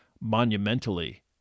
monumentally